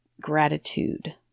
gratitude